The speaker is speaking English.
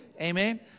Amen